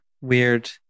Weird